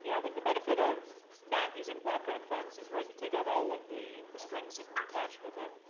i think the benefit of not using block grant funds is, right, you take out all of the the strings that are attached with it.